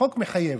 החוק מחייב.